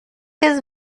his